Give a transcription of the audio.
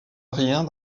rien